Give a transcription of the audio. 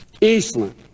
Eastland